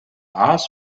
áthas